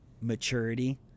maturity